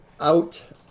out